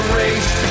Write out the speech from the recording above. race